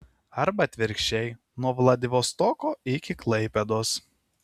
arba atvirkščiai nuo vladivostoko iki klaipėdos